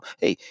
hey